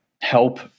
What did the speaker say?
help